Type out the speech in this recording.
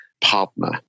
partner